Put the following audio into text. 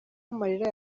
amarira